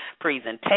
presentation